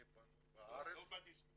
אני מנוי על